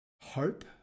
hope